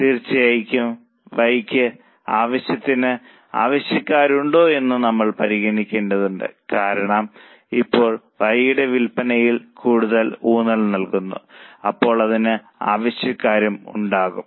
തീർച്ചയായും Yക്ക് ആവശ്യത്തിന് ആവശ്യക്കാരുണ്ടോയെന്ന് നമ്മൾ പരിഗണിക്കേണ്ടതുണ്ട് കാരണം ഇപ്പോൾ നമ്മൾ Y യുടെ വിൽപനയിൽ കൂടുതൽ ഊന്നൽ നൽകുന്നു അപ്പോൾ അതിന് ആവശ്യക്കാരും ഉണ്ടാകണം